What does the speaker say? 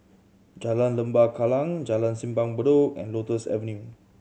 Jalan Lembah Kallang Jalan Simpang Bedok and Lotus Avenue